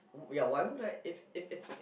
ya why would I if if it's